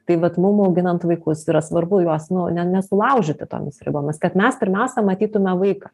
tai vat mum auginant vaikus yra svarbu juos nu ne nesulaužyti tomis ribomis kad mes pirmiausia matytume vaiką